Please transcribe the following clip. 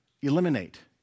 eliminate